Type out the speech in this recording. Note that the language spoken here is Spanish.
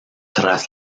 tras